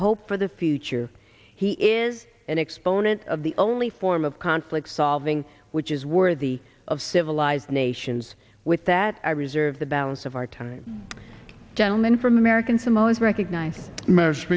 hope for the future he is an exponent of the only form of conflict solving which is worthy of civilized nations with that i reserve the balance of our time gentleman from american samoa and recognize m